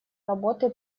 работы